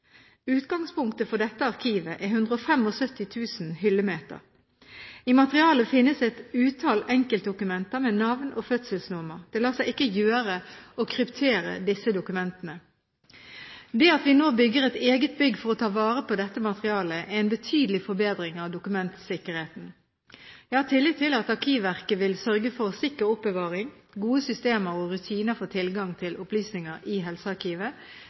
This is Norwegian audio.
Utgangspunktet for dette arkivet er 175 000 hyllemeter. I materialet finnes et utall enkeltdokumenter med navn og fødselsnummer. Det lar seg ikke gjøre å kryptere disse papirdokumentene. Det at vi nå bygger et eget bygg for å ta vare på dette materialet, er en betydelig forbedring av dokumentsikkerheten. Jeg har tillit til at Arkivverket vil sørge for sikker oppbevaring, gode systemer og rutiner for tilgang til opplysninger i helsearkivet,